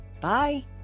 Bye